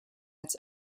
its